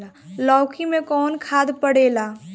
लौकी में कौन खाद पड़ेला?